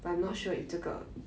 mm